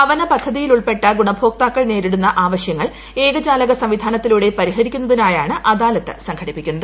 ഭവന പദ്ധതിയിലുൾപ്പെട്ട് ഗുണഭോക്താക്കൾ നേരിടുന്ന ആവശ്യങ്ങൾ ഏകജാലക സംവിധാനത്തിലൂടെ പരിഹരിക്കുന്നതിനായാണ് അദാലത്ത് സംഘടിപ്പിക്കുന്നത്